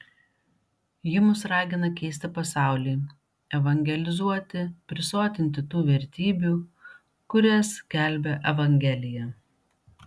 ji mus ragina keisti pasaulį evangelizuoti prisotinti tų vertybių kurias skelbia evangelija